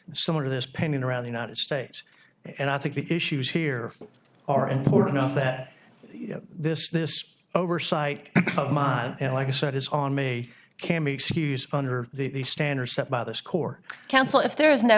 cases similar to this painting around the united states and i think the issues here are important enough that you know this this oversight of mine like i said is on may can be excused under the standards set by the score council if there is no